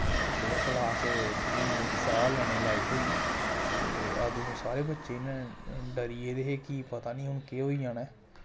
ते थोह्ड़े क्लॉस थोह्ड़ी साह् लैने लायक होई ते अदूं सारे बच्चे न डरी गेदे ही की पता निं हून केह् होई जाना ऐ